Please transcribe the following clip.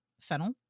Fennel